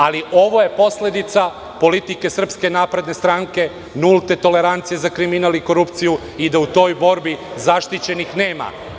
Ali, ovo je posledica politike SNS, nulte tolerancije za kriminal i korupciju i da u toj borbi zaštićenih nema.